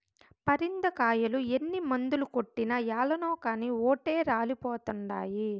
పరింద కాయలు ఎన్ని మందులు కొట్టినా ఏలనో కానీ ఓటే రాలిపోతండాయి